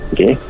Okay